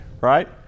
right